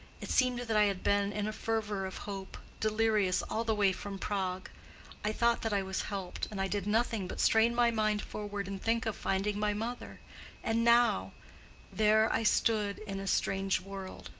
it seemed that i had been in a fever of hope delirious all the way from prague i thought that i was helped, and i did nothing but strain my mind forward and think of finding my mother and now there i stood in a strange world.